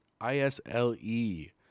I-S-L-E